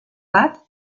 bat